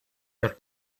your